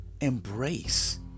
Embrace